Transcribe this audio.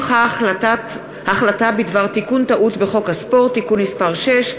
החלטה בדבר תיקון טעות בחוק הספורט (תיקון מס' 6),